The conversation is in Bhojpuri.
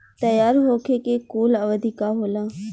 तैयार होखे के कूल अवधि का होला?